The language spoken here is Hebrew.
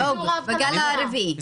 בגל הרביעי?